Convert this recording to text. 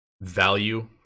value